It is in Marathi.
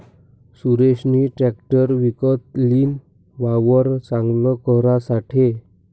सुरेशनी ट्रेकटर विकत लीन, वावर चांगल करासाठे